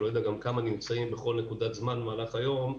אני לא יודע גם כמה נמצאים בכל נקודת זמן במהלך היום,